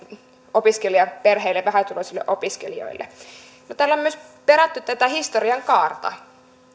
opiskelijaperheille vähätuloisille opiskelijoille täällä on myös perätty tätä historian kaarta